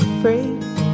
free